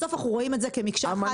בסוף אנחנו רואים את זה כמקשה אחת.